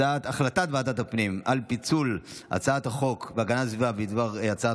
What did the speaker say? הצעת ועדת הפנים והגנת הסביבה בדבר פיצול הצעת